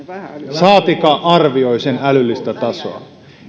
saatikka arvioi sen älyllistä tasoa